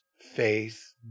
faith